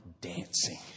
dancing